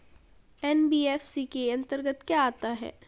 NBFC के अंतर्गत क्या आता है?